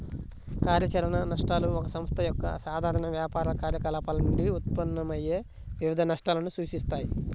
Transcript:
కార్యాచరణ నష్టాలు ఒక సంస్థ యొక్క సాధారణ వ్యాపార కార్యకలాపాల నుండి ఉత్పన్నమయ్యే వివిధ నష్టాలను సూచిస్తాయి